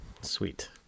sweet